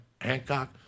Hancock